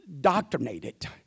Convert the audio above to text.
doctrinated